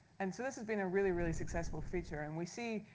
and so this has been a really, really successful feature and we see,